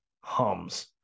hums